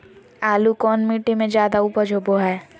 आलू कौन मिट्टी में जादा ऊपज होबो हाय?